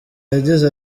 yagize